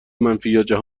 باشید